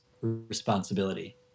responsibility